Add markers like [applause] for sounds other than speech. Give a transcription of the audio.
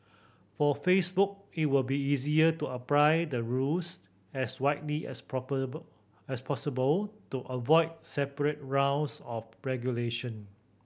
for Facebook it will be easier to apply the rules as widely as [unintelligible] as possible to avoid separate rounds of regulation